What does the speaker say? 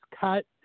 cut